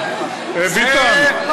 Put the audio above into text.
ביטן,